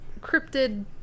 cryptid